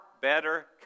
better